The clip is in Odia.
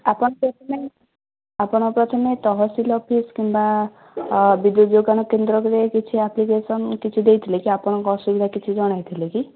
ଆପଣ ପ୍ରଥମେ ଆପଣ ପ୍ରଥମେ ତହସିଲ୍ ଅଫିସ୍ କିମ୍ବା ବିଦ୍ୟୁତ୍ ଯୋଗାଣ କେନ୍ଦ୍ରକୁ ଯାଇ କିଛି ଆପ୍ଲିକେସନ୍ କିଛି ଦେଇଥିଲେ କି ଆପଣଙ୍କ ଅସୁବିଧା କିଛି ଜଣାଇଥିଲେ କି